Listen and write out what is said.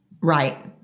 Right